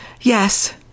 Yes